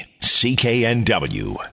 CKNW